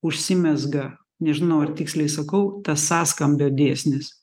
užsimezga nežinau ar tiksliai sakau tas sąskambio dėsnis